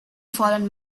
fallen